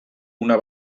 una